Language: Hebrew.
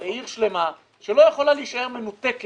זו עיר שלמה שלא יכולה להישאר מנותקת